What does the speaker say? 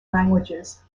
languages